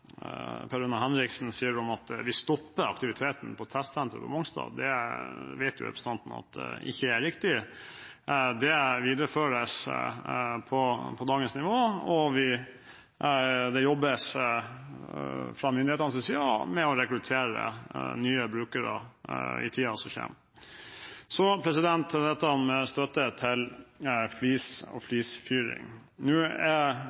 Per Rune Henriksen sier om at vi stopper aktiviteten på testsenteret på Mongstad. Representanten vet at det ikke er riktig. Aktiviteten vil videreføres på dagens nivå, og fra myndighetenes side jobbes det med å rekruttere nye brukere i tiden som kommer. Så til dette med støtte til flis og flisfyring. Representantene som stiller spørsmål til de to statsrådene som er her nå,